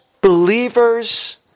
believers